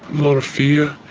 lot of fear.